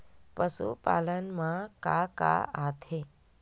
पशुपालन मा का का आथे?